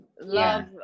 love